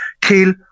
kill